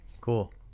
Cool